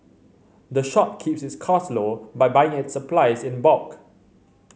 the shop keeps its cost low by buying its supplies in bulk